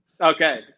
Okay